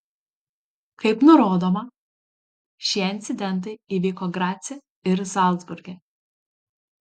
kaip nurodoma šie incidentai įvyko grace ir zalcburge